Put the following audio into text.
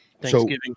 Thanksgiving